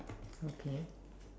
okay